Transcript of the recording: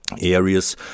areas